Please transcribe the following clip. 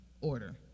order